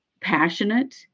passionate